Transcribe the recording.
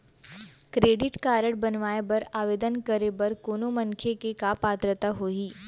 Credit card बनवाए बर आवेदन करे बर कोनो मनखे के का पात्रता होही?